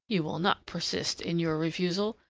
you will not persist in your refusal.